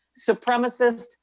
supremacist